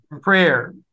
Prayer